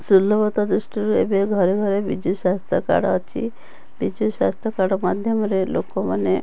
ସୁଲଭତା ଦୃଷ୍ଟିରୁ ଏବେ ଘରେଘରେ ବିଜୁସ୍ୱାସ୍ଥ୍ୟ କାର୍ଡ଼ ଅଛି ବିଜୁସ୍ୱାସ୍ଥ୍ୟ କାର୍ଡ଼ ମାଧ୍ୟମରେ ଲୋକମାନେ